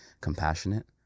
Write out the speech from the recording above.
compassionate